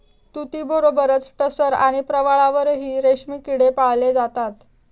तुतीबरोबरच टसर आणि प्रवाळावरही रेशमी किडे पाळले जातात